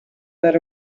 that